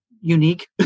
unique